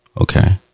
okay